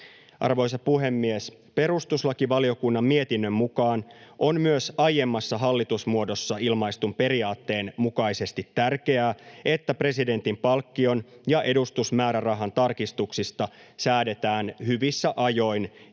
Arvoisa puhemies! Perustuslakivaliokunnan mietinnön mukaan on myös aiemmassa hallitusmuodossa ilmaistun periaatteen mukaisesti tärkeää, että presidentin palkkion ja edustusmäärärahan tarkistuksista säädetään hyvissä ajoin